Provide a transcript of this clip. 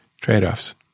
Trade-offs